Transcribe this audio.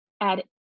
add